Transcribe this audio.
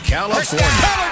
California